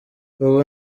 ubu